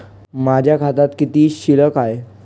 माझ्या खात्यात किती शिल्लक आहे?